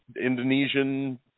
indonesian